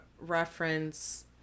reference